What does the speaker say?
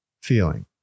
feeling